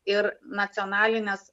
ir nacionalinės